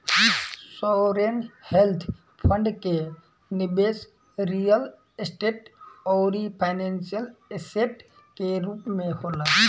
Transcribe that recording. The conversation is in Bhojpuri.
सॉवरेन वेल्थ फंड के निबेस रियल स्टेट आउरी फाइनेंशियल ऐसेट के रूप में होला